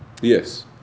Yes